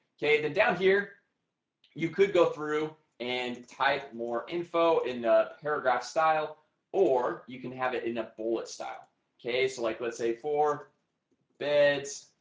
okay then down here you could go through and type more info in the paragraph style or you can have it in a bullet style okay, so like let's say for bed